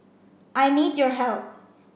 I need your help